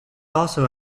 also